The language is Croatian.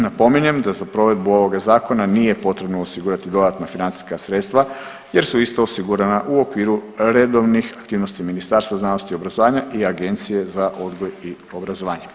Napominjem da za provedbu ovoga zakona nije potrebno osigurati dodatna financijska sredstva jer su isto osigurana u okviru redovnih aktivnosti Ministarstva znanosti i obrazovanja i Agencije za odgoj i obrazovanje.